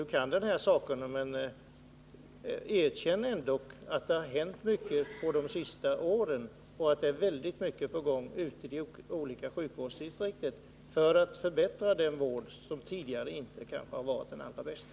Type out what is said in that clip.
Därför tycker jag också att han kan tillstå att det har hänt mycket på de senaste åren liksom att mycket är på gång i de olika sjukvårdsdistrikten för att förbättra den vård som tidigare kanske inte var den allra bästa.